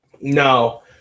No